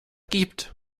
gibt